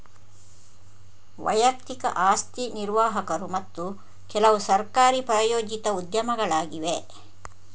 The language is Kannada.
ವೈಯಕ್ತಿಕ ಆಸ್ತಿ ನಿರ್ವಾಹಕರು ಮತ್ತು ಕೆಲವುಸರ್ಕಾರಿ ಪ್ರಾಯೋಜಿತ ಉದ್ಯಮಗಳಾಗಿವೆ